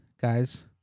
guys